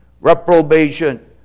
Reprobation